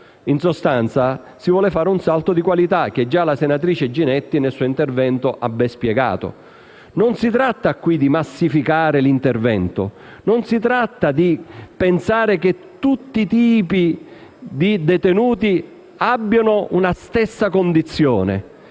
In sostanza, si vuole fare un salto di qualità, che già la senatrice Ginetti nel suo intervento ha ben spiegato. Non si tratta qui di massificare l'intervento. Non si tratta di pensare che tutti i tipi di detenuti siano messi nella stessa condizione.